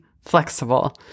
flexible